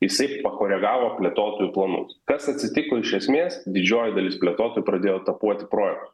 jisai pakoregavo plėtotojų planus kas atsitiko iš esmės didžioji dalis plėtotojų pradėjo etapuoti projektus